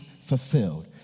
fulfilled